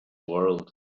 world